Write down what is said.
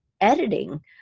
editing